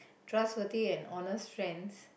trustworthy and honest friend